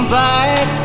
back